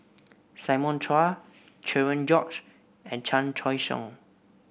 Simon Chua Cherian George and Chan Choy Siong